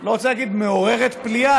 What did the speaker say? אני לא רוצה להגיד מעוררת פליאה,